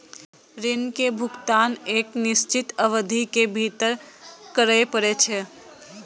ऋण के भुगतान एक निश्चित अवधि के भीतर करय पड़ै छै